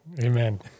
amen